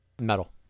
Metal